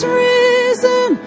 risen